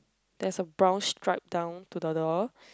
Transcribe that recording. there is a brown stripe down to the door